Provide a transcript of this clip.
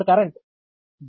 అప్పుడు current G